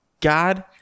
God